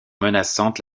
menaçante